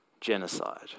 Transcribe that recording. genocide